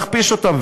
בואו נכפיש אותם,